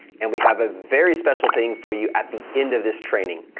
and we have a very special thing for you at the end of this training.